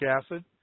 acid